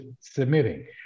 submitting